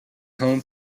home